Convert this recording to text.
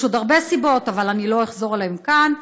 יש עוד הרבה סיבות, אבל אני לא אחזור עליהן כאן.